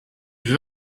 veux